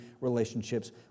relationships